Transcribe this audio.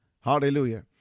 Hallelujah